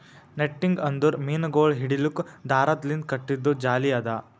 netting ಅಂದುರ್ ಮೀನಗೊಳ್ ಹಿಡಿಲುಕ್ ದಾರದ್ ಲಿಂತ್ ಕಟ್ಟಿದು ಜಾಲಿ ಅದಾ